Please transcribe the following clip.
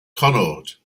connaught